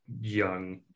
young